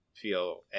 feel